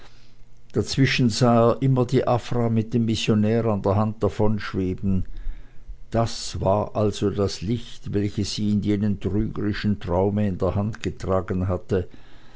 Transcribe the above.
dazwischen sah er immer die afra mit dem missionär an der hand davonschweben das war also das licht welches sie in jenem trügerischen traume in der hand getragen hatte